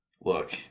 look